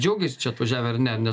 džiaugėsi čia atvažiavę ar ne nes